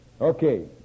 Okay